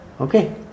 okay